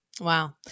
Wow